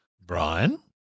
Brian